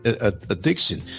addiction